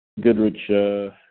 Goodrich